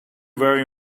very